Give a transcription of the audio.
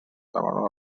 valor